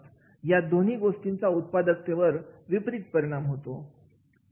या दोन्ही गोष्टींचा उत्पादकतेवर विपरीत परिणाम होतो